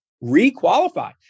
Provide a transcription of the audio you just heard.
re-qualify